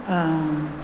आं